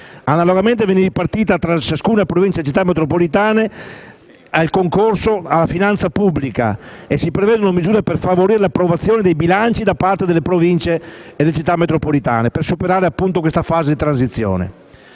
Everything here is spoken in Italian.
Analogamente, viene ripartito tra ciascuna Provincia e Città metropolitana il concorso alla finanza pubblica e si prevedono misure per favorire l'approvazione dei bilanci da parte delle Province e delle Città metropolitane per superare la fase di transizione.